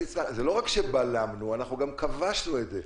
זה לא רק שבלמנו, אנחנו גם כבשנו את זה.